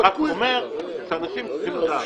אני רק אומר שאנשים צריכים לדעת.